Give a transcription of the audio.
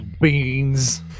beans